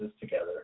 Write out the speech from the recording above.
together